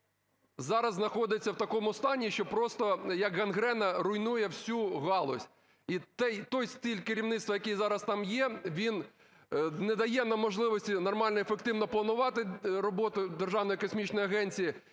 зараз знаходиться в такому стані, що просто, як гангрена, руйнує всю галузь. І той стиль керівництва, який зараз там є, він не дає нам можливості нормально і ефективно планувати роботу Державної космічної агенції